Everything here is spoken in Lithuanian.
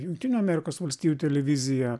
jungtinių amerikos valstijų televizija